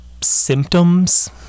symptoms